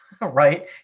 right